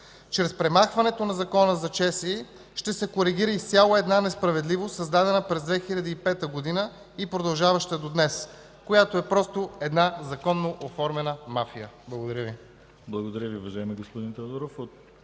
Чрез премахването на Закона за ЧСИ ще се коригира изцяло една несправедливост, създадена през 2005 г. и продължаваща до днес, която е просто една законно оформена мафия. Благодаря Ви.